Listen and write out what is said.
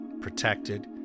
protected